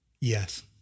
Yes